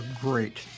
great